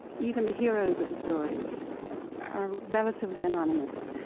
even the heroes of the story are relatively anonymous.